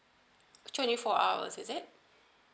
twenty four hours is it